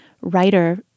writer